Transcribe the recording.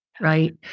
right